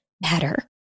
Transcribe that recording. better